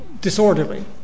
disorderly